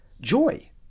joy